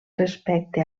respecte